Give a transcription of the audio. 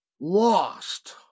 lost